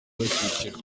icyiciro